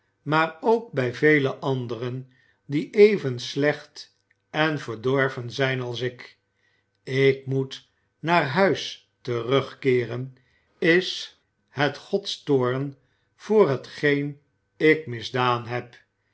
maar ook bij vele anderen die even slecht en verdorven zijn als ik ik moet naar huis terugkeeren is het gods toorn voor hetgeen ik misdaan heb